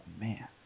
man